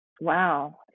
wow